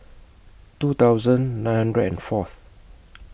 two thousand nine hundred and Fourth